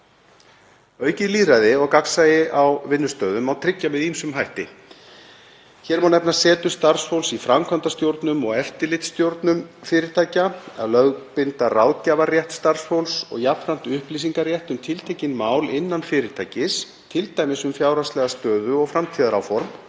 Aukið lýðræði og gagnsæi á vinnustöðum má tryggja með ýmsum hætti. Hér má nefna setu starfsfólks í framkvæmdastjórnum og eftirlitsstjórnum fyrirtækja, að lögbinda ráðgjafarrétt starfsfólks og jafnframt upplýsingarétt um tiltekin mál innan fyrirtækis, t.d. um fjárhagslega stöðu og framtíðaráform,